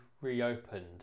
reopened